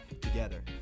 together